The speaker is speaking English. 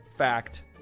fact